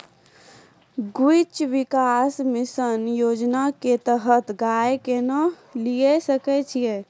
गव्य विकास मिसन योजना के तहत गाय केना लिये सकय छियै?